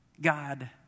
God